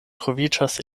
troviĝas